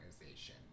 organization